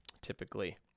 typically